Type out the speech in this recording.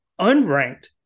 unranked